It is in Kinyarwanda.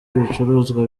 ibicuruzwa